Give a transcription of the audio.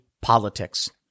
politics